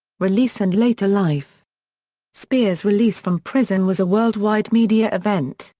release and later life speer's release from prison was a worldwide media event,